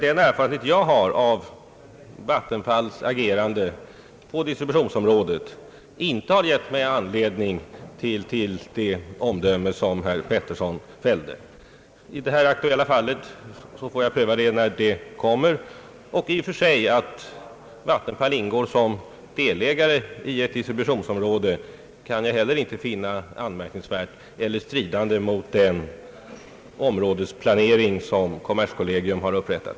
Den erfarenhet jag har av Vattenfalls agerande på distributionsområdet är en helt annan än det omdöme som herr Pettersson fällde. Det åsyftade fallet får jag pröva när det blir aktuellt. Att Vattenfall ingår som delägare i ett distributionsområde kan jag i och för sig heller inte finna anmärkningsvärt eller stridande mot den områdesplanering som kommerskollegium har upprättat.